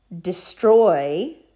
destroy